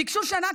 ביקשו שנה,